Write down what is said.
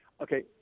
Okay